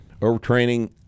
overtraining